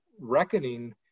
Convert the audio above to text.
reckoning